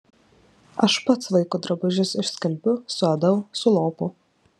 aš pats vaiko drabužius išskalbiu suadau sulopau